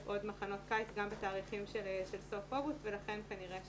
צפויים מחנות קיץ גם בתאריכים של סוף אוגוסט ולכן כנראה שכן,